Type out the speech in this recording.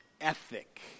ethic